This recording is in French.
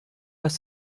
pas